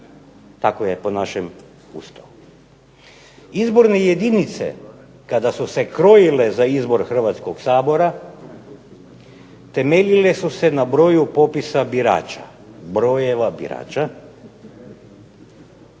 tako je po našem Ustavu. Izborne jedinice kada su se krojile za izbor Hrvatskoga sabora temeljile su se na broju popisa birača, brojeva birača